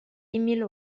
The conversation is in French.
émile